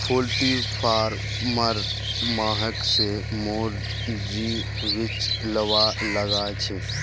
poultry फारमेर महक स मोर जी मिचलवा लाग छ